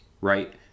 right